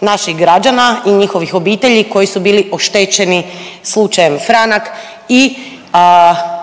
naših građana i njihovih obitelji koji su bili oštećeni slučajem Franak i valutnom